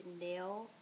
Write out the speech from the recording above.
nail